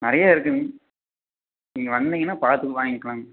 நிறையா இருக்குங் நீங்கள் வந்தீங்கனா பார்த்து வாங்கிக்கிலாங்க